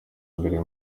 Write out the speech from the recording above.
mbere